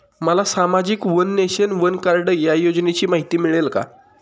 मला सामाजिक one nation, one card या योजनेची माहिती मिळेल का?